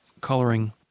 coloring